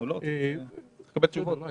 צריך לקבל תשובות.